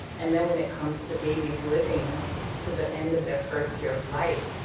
and when when it comes to babies living to the end of their first year of life,